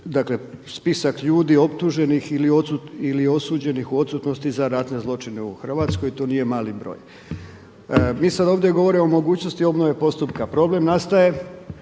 dakle spisak ljudi optuženih ili osuđenih u odsutnosti za ratne zločine u Hrvatskoj. To nije mali broj. Mi sad ovdje govorimo o mogućnosti obnove postupka. Problem nastaje